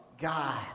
God